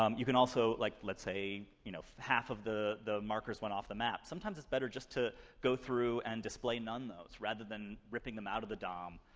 um you can also, like, let's say you know, half of the the markers went off the map. sometimes it's better just to go through and display none nodes, rather than ripping them out of the dom.